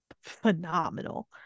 phenomenal